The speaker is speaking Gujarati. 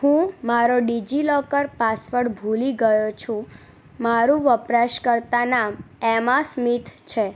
હું મારો ડિજિલોકર પાસવડ ભૂલી ગયો છું મારું વપરાશકર્તા નામ એમા સ્મિથ છે